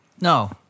No